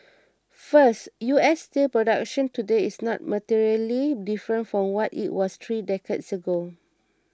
first U S steel production today is not materially different from what it was three decades ago